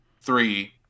Three